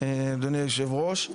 אדוני היושב ראש,